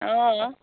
অঁ